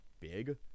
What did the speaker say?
big